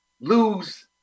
lose